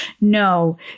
no